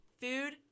food